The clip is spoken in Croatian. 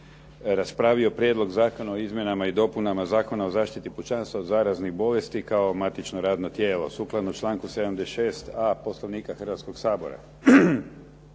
raspravio Prijedlog zakona o izmjenama i dopunama Zakona o zaštiti pučanstva od zaraznih bolesti kao matično radno tijelo